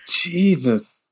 Jesus